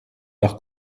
nach